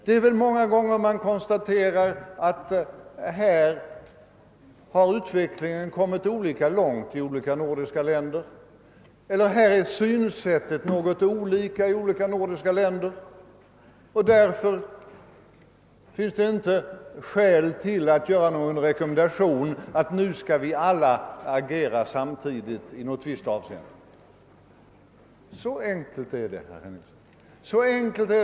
Det förekommer många gånger att man konstaterar att utvecklingen hunnit olika långt i olika nordiska länder eller att synsättet på en fråga är något olika i olika nordiska länder och att det därför inte finns skäl att göra någon rekommendation till alla att agera samtidigt i något visst avseende, :Så enkelt är det, herr Henningsson. Så enkelt är.